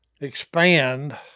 expand